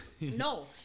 No